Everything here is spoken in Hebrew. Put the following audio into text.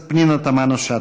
פנינה תמנו-שטה.